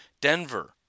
Denver